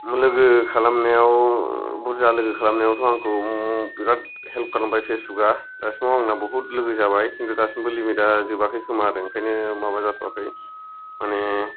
लोगो खालामनायाव बुरजा लोगो खालामनायावथ' आंखौ बेराद हेल्प खालामबाय फेसबुका दासिमाव आंनाव बहुथ लोगो जाबाय खिन्थु दासिमबो लिमिट आ जोबाखै खोमा ओंखायनो दाबो माबा जाथ'आखै मानि